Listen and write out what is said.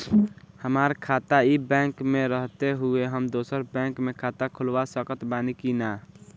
हमार खाता ई बैंक मे रहते हुये हम दोसर बैंक मे खाता खुलवा सकत बानी की ना?